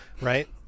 right